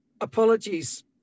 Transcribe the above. Apologies